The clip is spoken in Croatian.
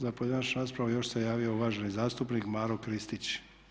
Za pojedinačnu raspravu još se javio uvaženi zastupnik Maro Kristić.